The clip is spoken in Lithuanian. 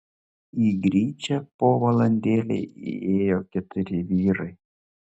į gryčią po valandėlei įėjo keturi vyrai